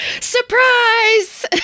surprise